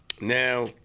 now